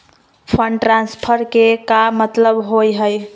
Fund transfer के का मतलब होव हई?